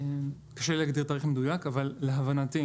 קשה לי להגדיר תאריך מדויק אבל להבנתנו,